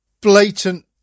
blatant